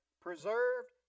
preserved